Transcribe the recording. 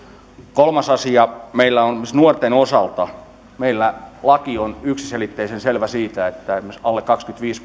kolmas asia meillä esimerkiksi nuorten osalta laki on yksiselitteisen selvä siitä että esimerkiksi alle kaksikymmentäviisi